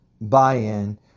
buy-in